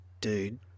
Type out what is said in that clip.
dude